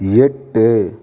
எட்டு